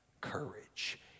courage